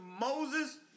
Moses